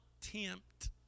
tempt